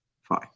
Fine